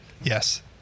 Yes